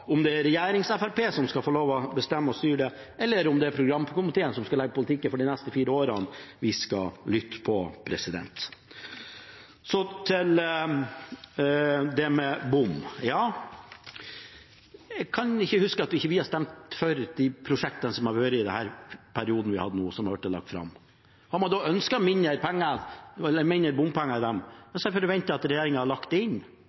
om det er regjerings-FrP som skal få lov til å bestemme og styre, eller om det er programkomiteen som skal legge politikken for de neste fire årene, vi skal lytte til. Til det med bom: Jeg kan ikke huske at ikke vi har stemt for de prosjektene som har blitt lagt fram i den perioden vi nå har hatt. Hadde man ønsket mindre bompenger, hadde jeg forventet at regjeringen hadde lagt det inn.